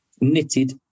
knitted